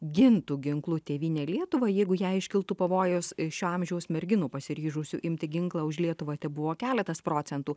gintų ginklu tėvynę lietuvą jeigu jei iškiltų pavojus šio amžiaus merginų pasiryžusių imti ginklą už lietuvą tebuvo keletas procentų